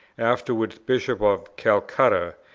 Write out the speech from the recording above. afterwards bishop of calcutta,